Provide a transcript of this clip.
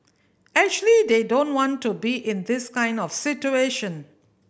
actually they don't want to be in this kind of situation